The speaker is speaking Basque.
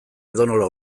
edonola